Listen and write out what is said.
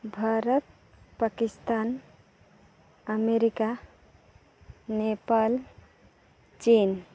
Bharat Pakistan America Nepal ᱪᱤᱱ